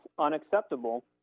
unacceptable